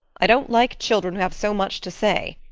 i don't like children who have so much to say.